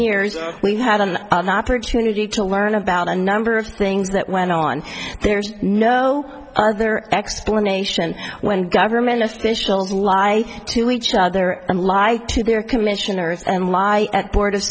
years we had an opportunity to learn about a number of things that went on there is no further explanation when government officials lie to each other and lie to their commissioners and lie at board